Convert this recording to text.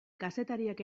kazetariak